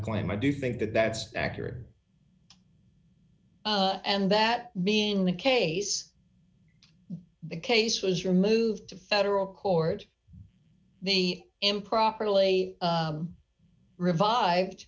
claim i do think that that's accurate and that being the case the case was removed to federal court the improperly revived